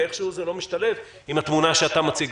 ואיך שהוא זה לא משתלב עם התמונה שאתה מציג